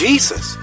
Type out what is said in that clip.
Jesus